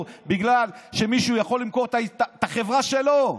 בגלל שמישהו יכול למכור את החברה שלו,